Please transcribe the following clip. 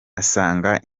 asanga